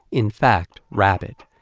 in fact, rabid.